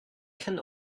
can